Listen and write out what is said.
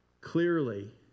clearly